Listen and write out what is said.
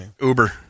Uber